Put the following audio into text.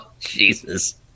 Jesus